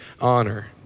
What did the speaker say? honor